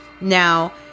Now